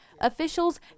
officials